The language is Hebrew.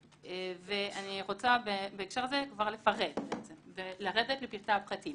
ואני רוצה בהקשר הזה כבר לפרט ולרדת לפרטי הפרטים.